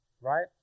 right